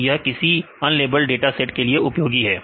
तो यह किसी अनलेबल्ड डाटा सेट के लिए उपयोगी है